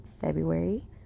February